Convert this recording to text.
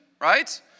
right